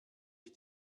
ich